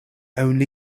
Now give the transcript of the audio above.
only